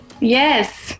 Yes